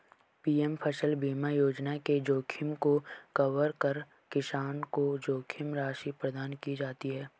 PM फसल बीमा योजना में जोखिम को कवर कर किसान को जोखिम राशि प्रदान की जाती है